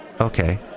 Okay